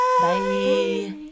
Bye